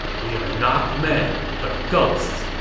we are not men, but ghosts,